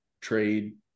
trade